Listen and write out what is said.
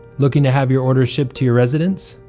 looking to have your orders shipped to your residence?